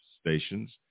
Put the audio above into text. stations